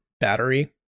battery